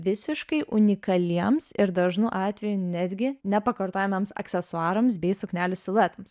visiškai unikaliems ir dažnu atveju netgi nepakartojamiems aksesuarams bei suknelių siluetams